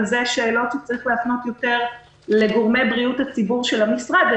אבל אלה שאלות שצריך להפנות יותר לגורמי בריאות הציבור של המשרד.